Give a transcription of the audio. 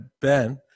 Ben